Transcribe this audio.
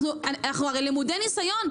אנחנו הרי למודי ניסיון.